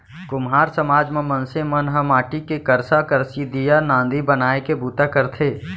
कुम्हार समाज म मनसे मन ह माटी के करसा, करसी, दीया, नांदी बनाए के बूता करथे